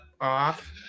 off